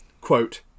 Quote